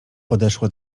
podeszła